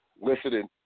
listening